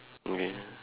okay